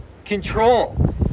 control